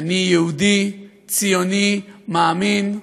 אני יהודי, ציוני, מאמין.